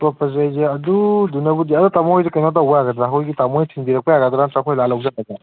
ꯑꯇꯣꯞꯄꯁꯦ ꯑꯩꯁꯦ ꯑꯗꯨꯗꯨꯅꯕꯨꯗꯤ ꯑꯗꯣ ꯇꯥꯃꯣ ꯍꯣꯏꯁꯦ ꯀꯩꯅꯣ ꯇꯧꯕ ꯌꯥꯒꯗ꯭ꯔꯥ ꯑꯩꯈꯣꯏꯒꯤ ꯇꯥꯃꯣ ꯍꯣꯏꯅ ꯊꯤꯟꯕꯤꯔꯛꯄ ꯌꯥꯒꯗ꯭ꯔꯥ ꯅꯠꯇ꯭ꯔꯒ ꯑꯩꯈꯣꯏ ꯂꯥꯛꯑꯒ ꯂꯧꯖꯒꯗ꯭ꯔꯥ